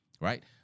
Right